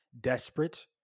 desperate